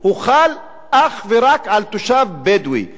הוא חל אך ורק על תושב בדואי.